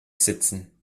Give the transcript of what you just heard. sitzen